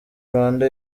rwanda